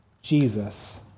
Jesus